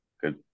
Good